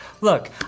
Look